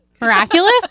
miraculous